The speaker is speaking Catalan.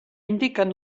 indiquen